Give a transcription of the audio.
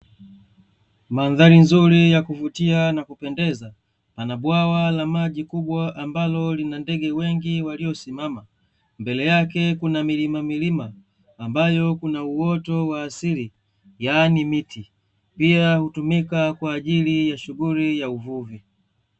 Mandhari nzuri ya kuvutia na kupendeza, pana bwawa la maji kubwa ambalo lina ndege wengi waliosimama, mbele yake kuna milima milima ambayo kuna uoto wa asili, yaani miti. Pia hutumika kwa ajili ya shughuli ya uvuvi.